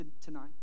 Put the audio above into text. tonight